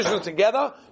together